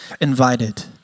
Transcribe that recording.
invited